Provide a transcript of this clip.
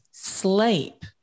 sleep